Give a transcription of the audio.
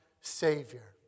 Savior